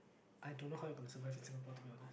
I don't know how you can survive in Singapore to be honest